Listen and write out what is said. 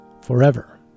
forever